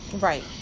Right